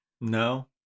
No